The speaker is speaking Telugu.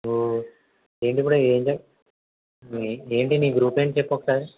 నువ్వు ఏంటి ఇప్పుడు ఏం చేస్ ఏంటి నీ గ్రూపు ఏంటి చెప్పు ఒకసారి